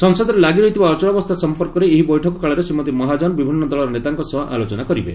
ସଂସଦରେ ଲାଗି ରହିଥିବା ଅଚଳାବସ୍ଥା ସମ୍ପର୍କରେ ଏହି ବୈଠକ କାଳରେ ଶ୍ରୀମତୀ ମହାଜନ ବିଭିନ୍ନ ଦଳର ନେତାଙ୍କ ସହ ଆଲୋଚନା କରିବେ